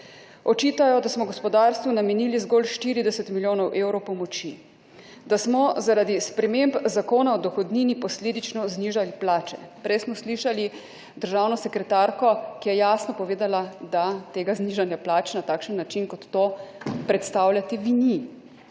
Očitajo, da smo gospodarstvu namenili zgolj 40 milijonov evrov pomoči. Da smo zaradi sprememb Zakona o dohodnini posledično znižali plače. Prej smo slišali državno sekretarko, ki je jasno povedala, da tega znižanja plač na takšen način, kot to predstavljate vi, ni.